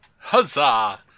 Huzzah